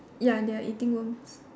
ya they are eating worms